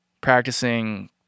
practicing